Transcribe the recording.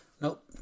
nope